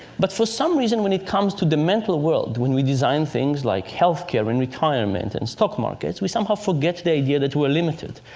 but for some reason, when it comes to the mental world, when we design things like healthcare and retirement and stock markets, we somehow forget the idea that we are limited.